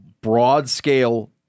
broad-scale